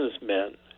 businessmen